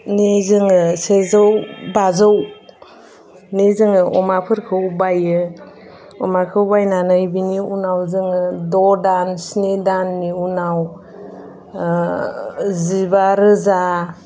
नि जोङो सेजौ बाजौनि जोङो अमाफोरखौ बायो अमाखौ बायनानै बेनि उनाव जोङो द' दान स्नि दाननि उनाव जिबा रोजा